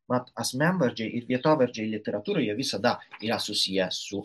mat asmenvardžiai ir vietovardžiai literatūroje visada yra susiję su